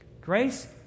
Grace